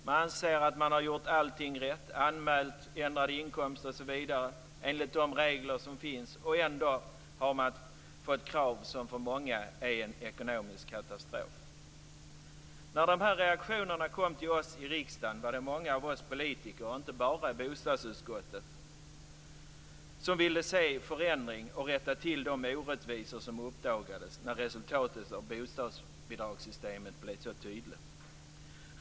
Man anser att man har gjort allting rätt - anmält ändrad inkomst osv. enligt de regler som finns. Ändå har man fått krav. Dessa krav är för många en ekonomisk katastrof. När de här reaktionerna kom till oss i riksdagen var det många av oss politiker, och då inte bara i bostadsutskottet, som ville se en förändring och komma till rätta med de orättvisor som uppdagades när resultatet av bostadsbidragssystemet blev så tydligt.